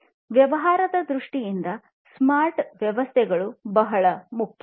ವ್ಯವಹಾರದ ದೃಷ್ಟಿಕೋನದಿಂದ ಸ್ಮಾರ್ಟ್ ವ್ಯವಸ್ಥೆಗಳು ಬಹಳ ಮುಖ್ಯ